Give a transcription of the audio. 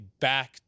back